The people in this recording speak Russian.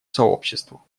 сообществу